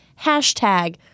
hashtag